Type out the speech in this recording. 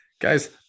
guys